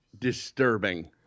disturbing